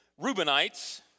Reubenites